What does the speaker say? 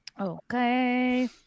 Okay